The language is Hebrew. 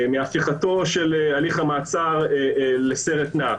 מהפיכת הליך המעצר לסרט נע,